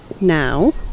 now